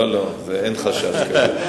לא, לא, אין חשש כזה.